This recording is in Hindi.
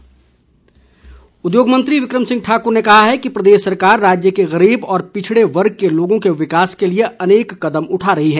विक्रम ठाक्र उद्योग मंत्री विक्रम ठाकुर ने कहा है कि प्रदेश सरकार राज्य के गरीब व पिछड़े वर्ग के लोगों के विकास के लिए अनेक कदम उठा रही है